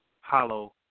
hollow